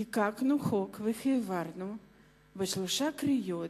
חוקקנו חוק והעברנו בשלוש קריאות,